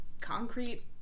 concrete